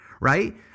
Right